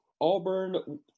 Auburn